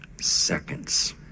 seconds